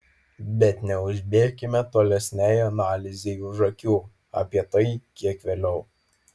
bet neužbėkime tolesnei analizei už akių apie tai kiek vėliau